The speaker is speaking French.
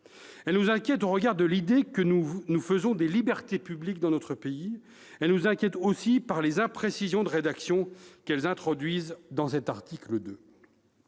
nous inquiètent au regard de l'idée que nous nous faisons des libertés publiques dans notre pays. Elles nous inquiètent aussi par les imprécisions de rédaction qu'elles introduisent dans cet article 2.